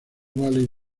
valley